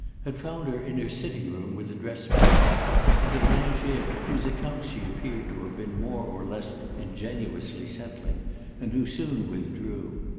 had found her in her sitting-room with a dressmaker and a lingere whose accounts she appeared to have been more or less ingenuously settling and who soon withdrew.